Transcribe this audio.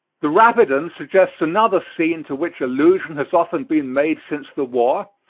the rapidan suggests another scene to which allusion has often been made since the war,